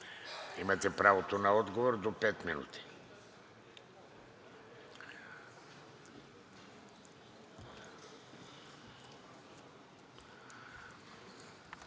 имате правото на отговор до пет минути.